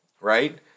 right